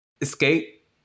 escape